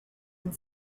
and